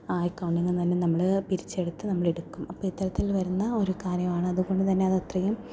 ആ അക്കൗണ്ടിൽ നിന്ന് തന്നെ നമ്മൾ പിരിച്ചെടുത്ത് നമ്മൾ എടുക്കും അപ്പോൾ ഇത്തരത്തിൽ വരുന്ന ഒരു കാര്യമാണ് അതു കൊണ്ട് തന്നെ അത് അത്രയും